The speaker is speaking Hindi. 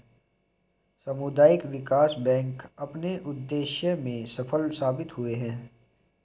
सामुदायिक विकास बैंक अपने उद्देश्य में सफल साबित हुए हैं